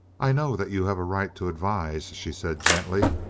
i know that you have a right to advise, she said gently.